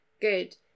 good